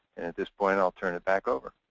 this point, i'll turn it back over.